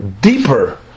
deeper